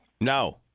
No